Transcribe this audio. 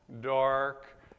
dark